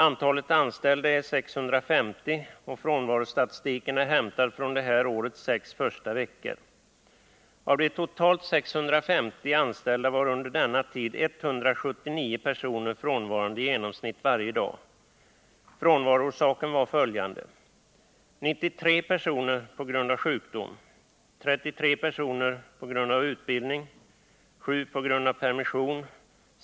Antalet anställda är 650, och frånvarostatistiken är hämtad från det här årets sex första veckor. Av de totalt 650 anställda var varje dag under denna tid i genomsnitt i79 personer frånvarande. Av dessa var 93 personer frånvarande på grund av sjukdom, 33 på grund av utbildning och 7 på grund av permission.